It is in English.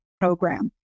program